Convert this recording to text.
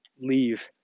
leave